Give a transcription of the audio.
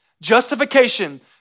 Justification